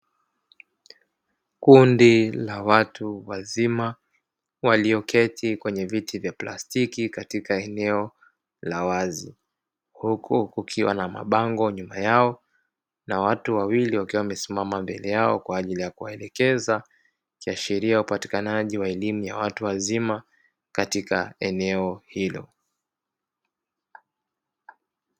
Kundi la watu wazima, walioketi kwenye viti vya plastiki katika eneo la wazi. Huku kukiwa na mabango nyuma yao na watu wawili wakiwa wamesimama mbele yao kwa ajili ya kuwaelekeza. Ikiashiria upatikanaji wa elimu ya watu wazima katika eneo hilo.